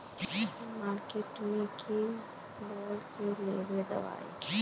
हम मार्किट में की बोल के लेबे दवाई?